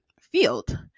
field